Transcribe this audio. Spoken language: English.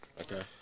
Okay